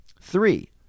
Three